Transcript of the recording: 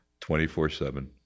24-7